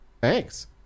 Thanks